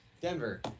Denver